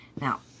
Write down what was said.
Now